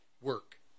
work